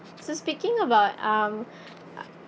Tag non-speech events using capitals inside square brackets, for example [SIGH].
so speaking about um [BREATH] uh